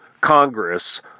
Congress